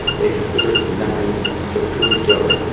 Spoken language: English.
they consider it to be nothing but a silly joke,